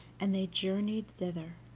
and they journeyed thither,